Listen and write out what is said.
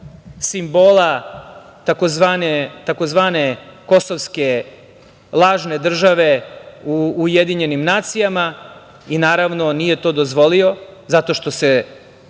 simbola tzv. kosovske lažne države u Ujedinjenim nacijama i naravno nije to dozvolio zato što se,